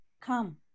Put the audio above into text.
Come